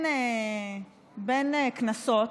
בין כנסות,